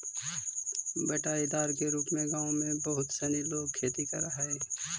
बँटाईदार के रूप में गाँव में बहुत सनी लोग खेती करऽ हइ